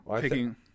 picking